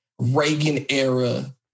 Reagan-era